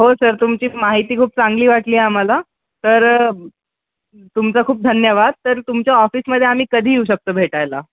हो सर तुमची माहिती खूप चांगली वाटली आम्हाला तर तुमचं खूप धन्यवाद तर तुमच्या ऑफिसमध्ये आम्ही कधी येऊ शकतो भेटायला